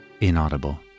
inaudible